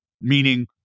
meaning